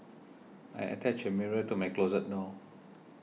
I attached a mirror to my closet door